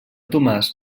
tomàs